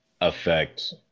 affect